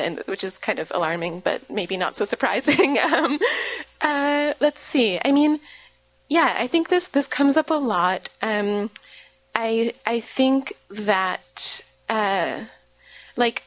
and which is kind of alarming but maybe not so surprising yeah let's see i mean yeah i think this this comes up a lot and i i think that like